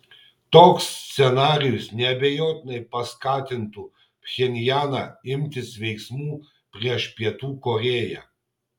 toks scenarijus neabejotinai paskatintų pchenjaną imtis veiksmų prieš pietų korėją